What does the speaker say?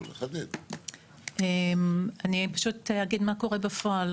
אני פשוט אגיד מה קורה בפועל.